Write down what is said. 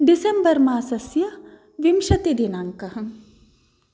December मासस्य विंशतिदिनाङ्कः